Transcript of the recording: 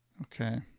Okay